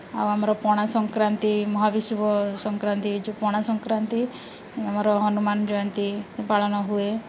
ଆଉ ଆମର ପଣା ସଂକ୍ରାନ୍ତି ମହାବିଷୁବ ସଂକ୍ରାନ୍ତି ଯେଉଁ ପଣା ସଂକ୍ରାନ୍ତି ଆମର ହନୁମାନ ଜୟନ୍ତୀ ପାଳନ ହୁଏ